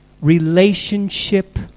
relationship